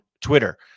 Twitter